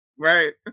Right